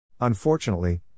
Unfortunately